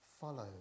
follow